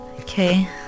Okay